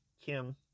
Kim